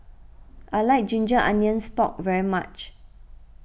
I like Ginger Onions Pork very much